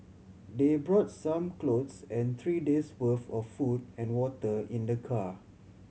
they brought some clothes and three days' worth of food and water in the car